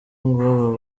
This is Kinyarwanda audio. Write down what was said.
ngo